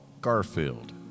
Garfield